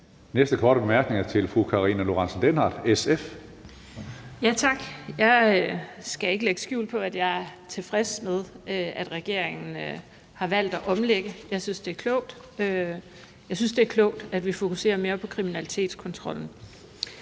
Lorentzen Dehnhardt, SF. Kl. 16:32 Karina Lorentzen Dehnhardt (SF): Tak. Jeg skal ikke lægge skjul på, at jeg er tilfreds med, at regeringen har valgt at omlægge. Jeg synes, det er klogt. Jeg synes, det er klogt, at vi fokuserer mere på kriminalitetskontrollen,